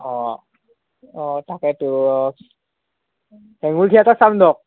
অঁ অঁ তাকেতো হেঙুল থিয়েটাৰ চাম দিয়ক